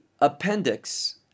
appendix